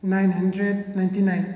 nine hundred ninety nine